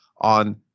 on